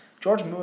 George